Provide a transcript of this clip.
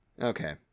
Okay